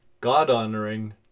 God-honoring